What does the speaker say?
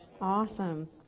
Awesome